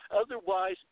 Otherwise